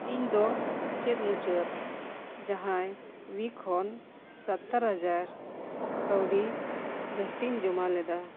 ᱤᱧ ᱫᱚ ᱪᱮᱫ ᱢᱩᱪᱟᱹᱫ ᱡᱟᱦᱟᱸᱭ ᱩᱭᱤᱠ ᱠᱷᱚᱱ ᱥᱚᱛᱛᱳᱨ ᱦᱟᱡᱟᱨ ᱠᱟᱹᱣᱰᱤ ᱡᱟᱹᱥᱛᱤᱧ ᱡᱚᱢᱟ ᱞᱮᱫᱟ